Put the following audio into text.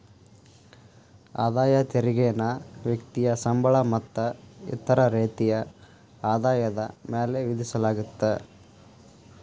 ಆದಾಯ ತೆರಿಗೆನ ವ್ಯಕ್ತಿಯ ಸಂಬಳ ಮತ್ತ ಇತರ ರೇತಿಯ ಆದಾಯದ ಮ್ಯಾಲೆ ವಿಧಿಸಲಾಗತ್ತ